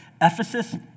Ephesus